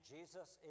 Jesus